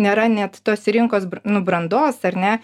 nėra net tos rinkos nu brandos ar ne